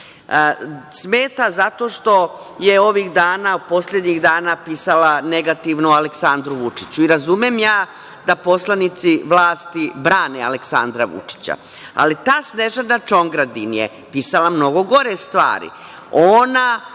smeta zato što je ovih dana, poslednjih dana pisala negativno o Aleksandru Vučiću. Razumem ja da poslanici vlasti brane Aleksandra Vučića, ali ta Snežana Čongradin je pisala mnogo gore stvari. Ona